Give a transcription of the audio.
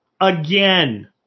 again